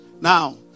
Now